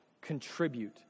contribute